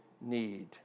need